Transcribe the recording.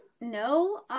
no